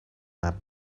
map